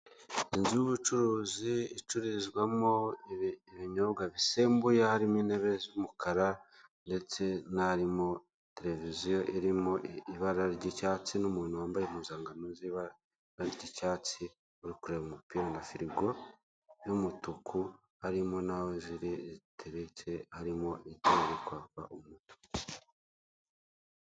Inzu y'ubucuruzi icururizwamo ibinyobwa bisembuye harimo intebe z'umukara ndetse na harimo televiziyo irimo ibara ry'icyatsi n'umuntu wambaye impuzangano z'ibara ry'icyatsi, uri kureba umupira na firigo y'umutuku harimo n'aho ziri ziteretse, harimo itara riri kwaka umutuku.